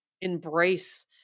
embrace